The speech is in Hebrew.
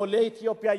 עולי אתיופיה,